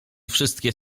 wszystkie